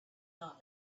not